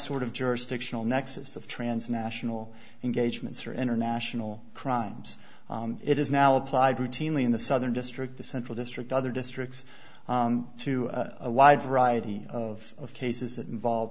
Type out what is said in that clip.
sort of jurisdictional nexus of transnational engagements or international crimes it is now applied routinely in the southern district the central district other districts to a wide variety of cases that involve